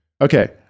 Okay